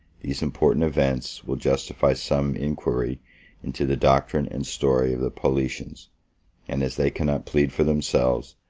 these important events will justify some inquiry into the doctrine and story of the paulicians and, as they cannot plead for themselves,